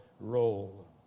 role